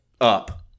Up